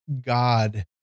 God